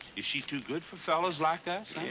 is she too good for fellas like us,